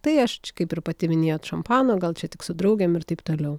tai aš kaip ir pati minėjot šampano gal čia tik su draugėm ir taip toliau